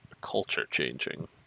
culture-changing